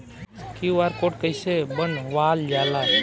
QR code कइसे बनवाल जाला?